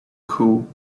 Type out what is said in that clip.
cool